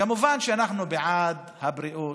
כמובן שאנחנו בעד הבריאות.